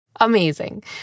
Amazing